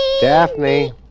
Daphne